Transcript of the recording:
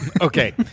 Okay